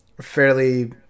fairly